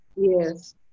Yes